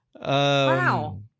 wow